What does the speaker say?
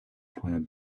plan